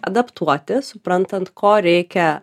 adaptuoti suprantant ko reikia